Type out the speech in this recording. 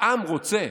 העם רוצה.